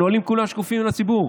הנהלים כולם שקופים לציבור,